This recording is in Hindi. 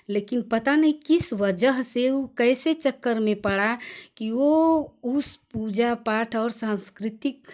लेकिन पता नहीं वह किस वजह से वह कैसे चक्कर में पड़ा की वह उस पूजा पाठ और सांस्कृतिक